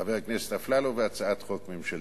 של חבר הכנסת אפללו, והצעת חוק ממשלתית.